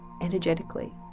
energetically